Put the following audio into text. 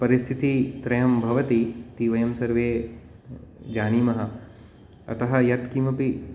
परिस्थितिः त्रयं भवति इति वयं सर्वे जानीमः अतः यत् किमपि